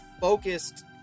focused